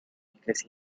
because